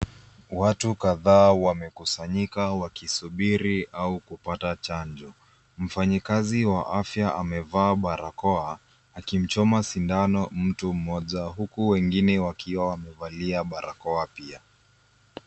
Watu kadhaa wamekusanyika wakisubiri au kupata chanjo. Mfanyakazi wa afya amevaa barakoa, akimchoma sindano mtu mmoja huku wengine wakiwa wamevalia barakoa pia.